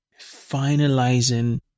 finalizing